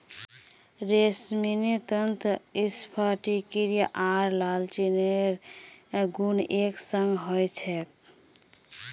रेशमी तंतुत स्फटिकीय आर लचीलेपनेर गुण एक संग ह छेक